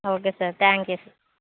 okay sir thank you sir